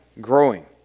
growing